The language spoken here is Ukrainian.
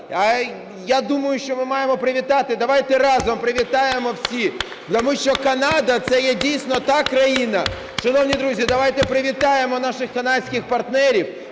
Я думаю, що ми маємо привітати. Давайте разом привітаємо всі, тому що Канада – це є дійсно та країна… Шановні друзі, давайте привітаємо наших канадських партнерів,